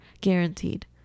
Guaranteed